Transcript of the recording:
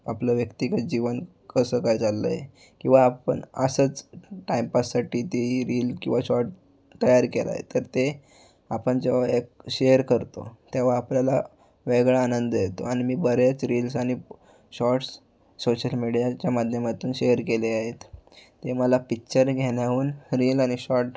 आपलं व्यक्तिगत जीवन कसं काय चाललं आहे किंवा आपण असंच टाइमपाससाठी ती रील किंवा शॉर्ट तयार केला आहे तर ते आपण जेव्हा एक शेअर करतो तेव्हा आपल्याला वेगळा आनंद येतो आणि मी बऱ्याच रिल्स आणि शॉर्ट्स सोशल मीडियाच्या माध्यमातून शेअर केले आहेत ते मला पिच्चर घेण्याहून रील आणि शॉर्ट